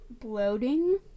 Bloating